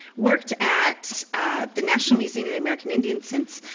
worked at the national museum of the american indian since.